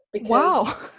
Wow